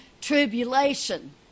tribulation